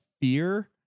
fear